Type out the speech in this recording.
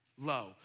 low